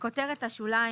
בכותרת השוליים,